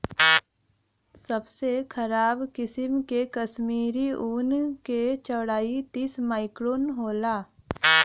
सबसे खराब किसिम के कश्मीरी ऊन क चौड़ाई तीस माइक्रोन होला